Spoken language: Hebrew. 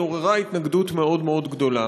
היא עוררה התנגדות מאוד מאוד גדולה,